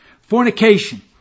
Fornication